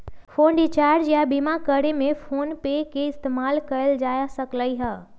phone recharge या बीमा करे में फोनपे के इस्तेमाल कएल जा सकलई ह